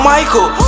Michael